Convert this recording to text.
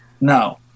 no